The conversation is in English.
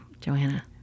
Joanna